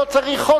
לא צריך חוק,